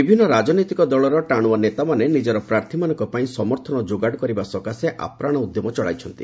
ବିଭିନ୍ନ ରାଜନୈତିକ ଦଳର ଟାଣୁଆ ନେତାମାନେ ନିଜର ପ୍ରାର୍ଥୀମାନଙ୍କ ପାଇଁ ସମର୍ଥନ ଯୋଗାଡ଼ କରିବା ସକାଶେ ଆପ୍ରାଣ ଉଦ୍ୟମ ଚଳାଇଛନ୍ତି